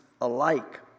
alike